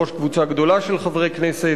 בראש קבוצה גדולה של חברי כנסת,